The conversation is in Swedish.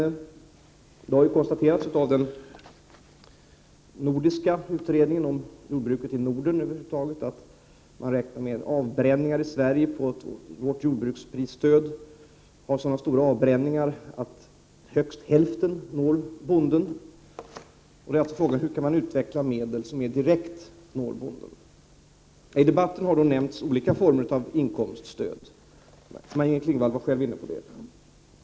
Men det har konstaterats av den nordiska utredningen om jordbruket i Norden över huvud taget att man räknar med att jordbruksprisstödet i Sverige har så stora avbränningar att högst hälften når bonden. Frågan gäller alltså hur man kan utveckla medel som mer direkt når bonden. I debatten har då nämnts olika former av inkomststöd. Maj-Inger Klingvall var själv inne på det.